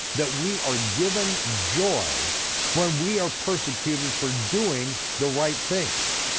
that we are given joy when we are persecuted for doing the right things.